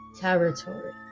territory